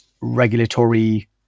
regulatory